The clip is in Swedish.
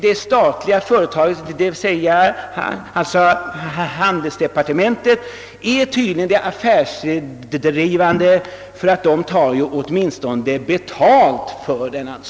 Det statliga företaget, handelsdepartementet, är tydligen det affärsdrivande verket, eftersom det åtminstone tar betalt.